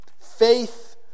Faith